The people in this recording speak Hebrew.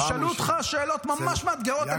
ישאלו אותך שאלות ממש מאתגרות.